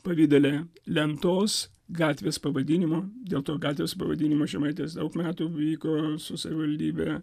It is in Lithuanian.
pavidale lentos gatvės pavadinimo dėl to gatvės pavadinimo žemaitės daug metų vyko su savivaldybe